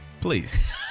Please